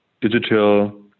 digital